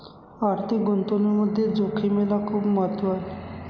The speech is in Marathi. आर्थिक गुंतवणुकीमध्ये जोखिमेला खूप महत्त्व आहे